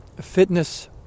fitness